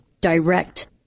direct